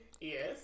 Yes